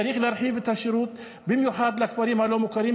צריך להרחיב את השירות במיוחד בכפרים הלא-מוכרים,